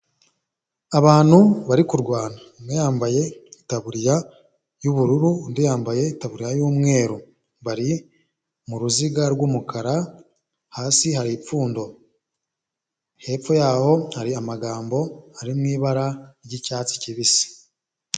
Abantu bari kurwana umwe yambaye itaburiya y'ubururu, undi yambaye itaburiya y'umweru bari mu ruziga rw'umukara hasi hari ipfundo. Hepfo yaho hari amagambo ari mu ibara ry'icyatsi kibisi.